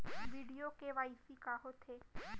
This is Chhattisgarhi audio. वीडियो के.वाई.सी का होथे